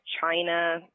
China